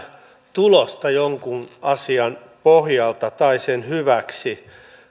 tulosta jonkun asian pohjalta tai sen hyväksi